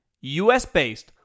US-based